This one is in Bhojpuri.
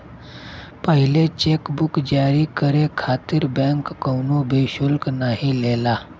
पहिला चेक बुक जारी करे खातिर बैंक कउनो भी शुल्क नाहीं लेला